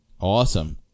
Awesome